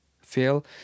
fail